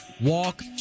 walk